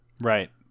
Right